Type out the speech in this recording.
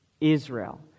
Israel